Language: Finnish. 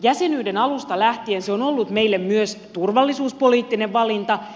jäsenyyden alusta lähtien se on ollut meille myös turvallisuuspoliittinen valinta